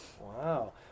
Wow